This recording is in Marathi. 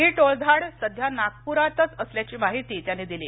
ही टोळधाड सध्या नागपुरातच असल्याची माहितीही त्यांनी दिली